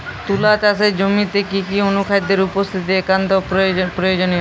তুলা চাষের জমিতে কি কি অনুখাদ্যের উপস্থিতি একান্ত প্রয়োজনীয়?